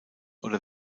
oder